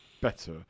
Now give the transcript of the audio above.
better